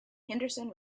henderson